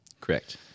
Correct